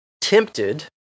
tempted